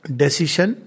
decision